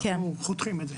אנחנו חותכים את זה.